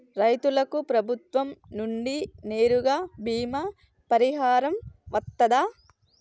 రైతులకు ప్రభుత్వం నుండి నేరుగా బీమా పరిహారం వత్తదా?